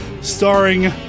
starring